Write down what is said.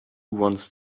wants